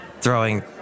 Throwing